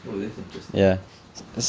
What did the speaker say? oh that's interesting